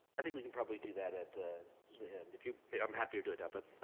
i think we can probably do that at the end if you i'm happy to do it up but